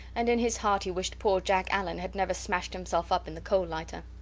and in his heart he wished poor jack allen had never smashed himself up in the coal-lighter.